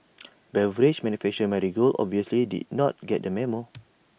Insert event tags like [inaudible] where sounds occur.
[noise] beverage manufacture Marigold obviously did not get the memo